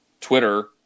Twitter